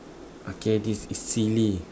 okay this is silly